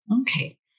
Okay